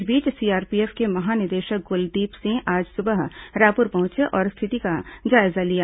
इस बीच सीआरपीएफ के महानिदेशक कुलदीप सिंह आज सुबह रायपुर पहुंचे और स्थिति का जायजा लिया